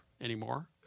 anymore